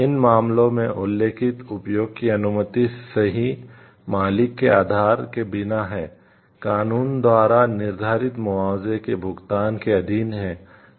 इन मामलों में उल्लिखित उपयोग की अनुमति सही मालिक के अधिकार के बिना है कानून द्वारा निर्धारित मुआवजे के भुगतान के अधीन है